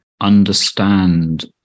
understand